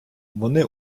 вони